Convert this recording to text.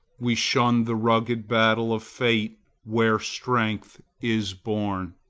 we shun the rugged battle of fate, where strength is born.